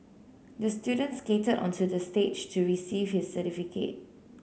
the student skated onto the stage to receive his certificate